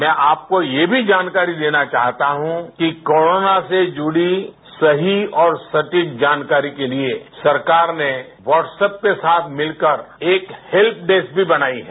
मैं आपको यह भी जानकारी देना चाहता हूं कि कोरोना से जुड़ी सही और सटीक जानकारी के लिए सरकार ने व्हाट्सप के साथ मिलकर एक हेल्प डेस्क भी बनायी है